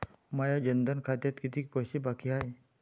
माया जनधन खात्यात कितीक पैसे बाकी हाय?